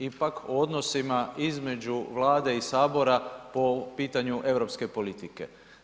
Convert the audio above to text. Ipak, o odnosima između Vlade i Sabora po pitanju europske politike.